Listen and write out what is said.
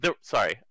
sorry